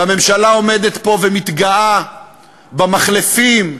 והממשלה עומדת פה ומתגאה במחלפים ובגרפים.